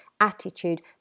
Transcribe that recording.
attitude